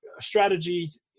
strategies